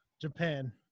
japan